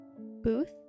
Booth